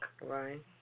Right